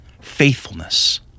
faithfulness